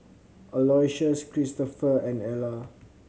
Aloysius Kristopher and Alla